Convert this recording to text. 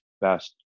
best